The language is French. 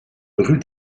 rue